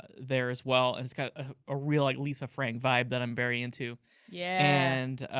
there as well. and it's kind of a real like, lisa frank vibe that i'm very in to. yeah and